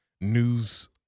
news